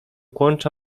kłącza